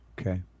okay